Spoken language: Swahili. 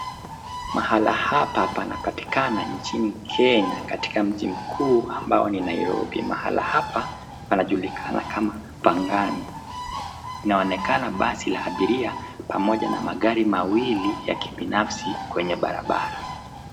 Mahali hapa panapatikana nchini Kenya katika mji mkuu amabo ni Nairobi. Mahali hapa panajulikana kama pangani. Inaonekana basi la abiria pamoja na magari mawili ya kibinafsi kwenye barabara.